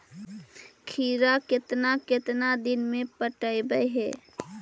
खिरा केतना केतना दिन में पटैबए है?